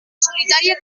solitaria